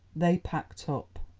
they packed up.